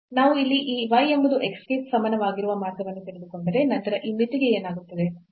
ನಾವು ಇಲ್ಲಿ ಈ y ಎಂಬುದು x ಗೆ ಸಮಾನವಾಗಿರುವ ಮಾರ್ಗವನ್ನು ತೆಗೆದುಕೊಂಡರೆ ನಂತರ ಈ ಮಿತಿಗೆ ಏನಾಗುತ್ತದೆ